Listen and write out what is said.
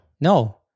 No